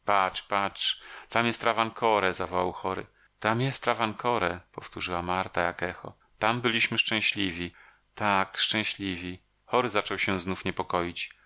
patrz tam jest travancore zawołał chory tam jest travancore powtórzyła marta jak echo tam byliśmy szczęśliwi tak szczęśliwi chory zaczął się znowu niepokoić